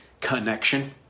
connection